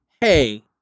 hey